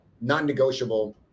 non-negotiable